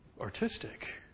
artistic